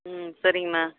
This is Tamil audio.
ம் சரிங்கம்மா